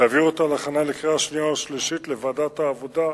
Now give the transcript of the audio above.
ותעביר אותה להכנה לקריאה שנייה וקריאה שלישית לוועדת העבודה,